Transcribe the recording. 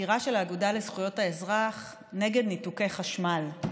בעתירה של האגודה לזכויות האזרח נגד ניתוקי חשמל.